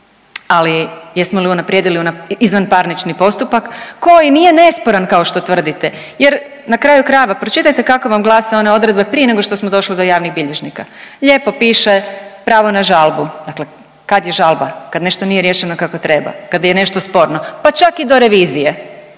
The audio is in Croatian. Ali, jesmo li unaprijedili izvanparnični postupak, koji nije nesporan, kao što tvrdite? Jer, na kraju krajeva, pročitajte kako vam glase one odredbe prije nego što smo došli do javnih bilježnika. Lijepo piše pravo na žalbu. Dakle kad je žalba? Kad nešto nije riješeno kako treba, kada je nešto sporno, pa čak i do revizije.